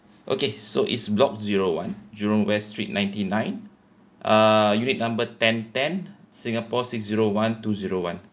okay so is block zero one jurong west street ninety nine uh unit number ten ten singapore six zero one two zero one